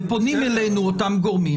ופונים אלינו אותם גורמים,